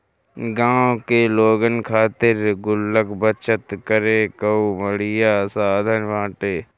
गांव के लोगन खातिर गुल्लक बचत करे कअ बढ़िया साधन बाटे